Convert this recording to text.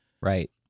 right